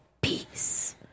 peace